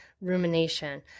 rumination